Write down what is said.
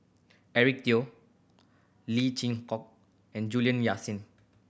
Eric Teo Lee Chin Koon and Juliana Yasin